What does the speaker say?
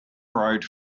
road